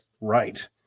right